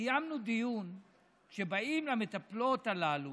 קיימנו דיון על כך שבאים למטפלות הללו